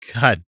God